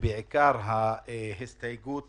ובעיקר ההסתייגות